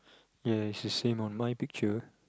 ya it's the same on my picture